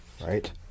right